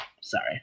Sorry